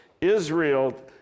Israel